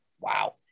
Wow